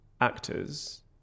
actors